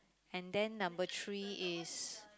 and then number three is